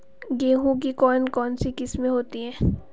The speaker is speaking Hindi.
गेहूँ की कौन कौनसी किस्में होती है?